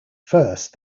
first